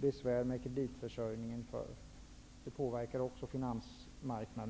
besvär med kreditförsörjningen. Det påverkar också finansmarknaden.